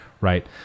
Right